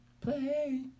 Play